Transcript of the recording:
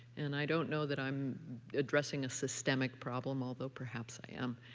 and i don't know that i'm addressing a systemic problem, although perhaps i am.